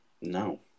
No